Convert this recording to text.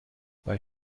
bei